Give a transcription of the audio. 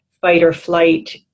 fight-or-flight